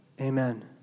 amen